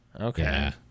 Okay